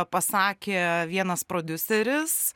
pasakė vienas prodiuseris